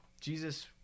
Jesus